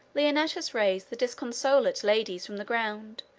leonnatus raised the disconsolate ladies from the ground,